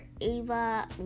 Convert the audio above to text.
Ava